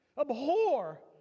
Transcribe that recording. Abhor